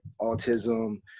autism